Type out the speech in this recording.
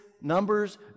Numbers